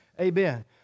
Amen